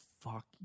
fuck